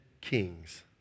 kings